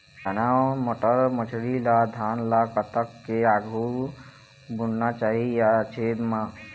चना बटर मसरी ला धान ला कतक के आघु बुनना चाही या छेद मां?